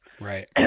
right